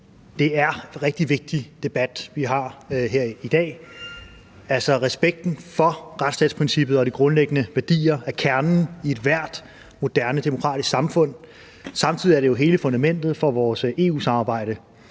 Det er en rigtig vigtig debat, vi har her i dag. Altså, respekten for retsstatsprincippet og de grundlæggende værdier er kernen i ethvert moderne demokratisk samfund. Samtidig er det jo hele fundamentet for vores EU-samarbejde.